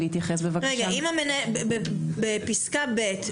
בפסקה (ב),